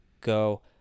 go